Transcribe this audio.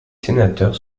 sénateurs